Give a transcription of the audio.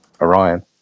Orion